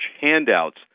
handouts